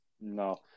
No